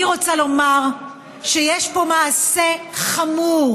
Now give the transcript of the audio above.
אני רוצה לומר שיש פה מעשה חמור.